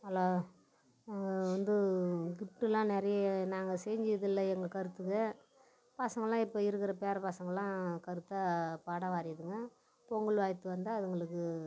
hello வந்து கிஃப்ட்டுல்லாம் நிறைய நாங்கள் செஞ்சது இல்லை எங்கள் கருத்துக்கு பசங்கெல்லாம் இப்போ இருக்கிற பேர பசங்கெல்லாம் கருத்தாக படம் வரையிதுங்க பொங்கல் வாழ்த்து வந்தால் அதுங்களுக்கு